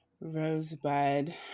Rosebud